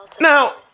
Now